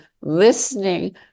listening